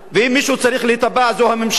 ואם מישהו צריך להיתבע זאת הממשלה,